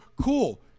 cool